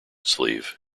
sleeve